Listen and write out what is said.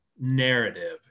narrative